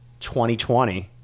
2020